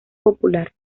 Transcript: popular